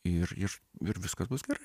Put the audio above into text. ir ir viskas bus gerai